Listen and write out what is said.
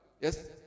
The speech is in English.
Yes